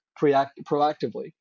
proactively